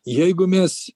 jeigu mes